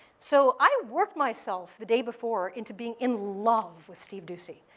so, i worked myself the day before into being in love with steve doocy.